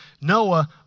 Noah